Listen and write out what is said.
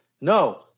No